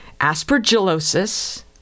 Aspergillosis